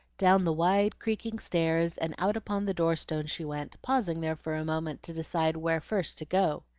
down the wide, creaking stairs and out upon the door-stone she went, pausing there for a moment to decide where first to go.